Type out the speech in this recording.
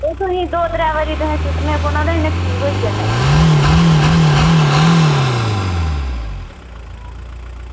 ते एह् तुसें दौ त्रऐ बारी सुट्टने ओह्दे कन्नै ठीक होई जाने एह्